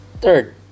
Third